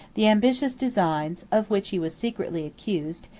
the ambitious designs, of which he was secretly accused,